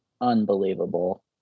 unbelievable